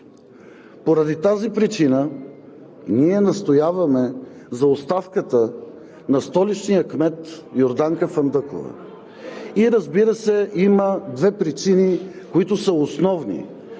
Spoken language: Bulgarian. Поради тази причина ние настояваме за оставката на столичния кмет Йорданка Фандъкова и, разбира се, има две причини, които са основни